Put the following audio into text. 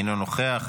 אינו נוכח,